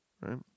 right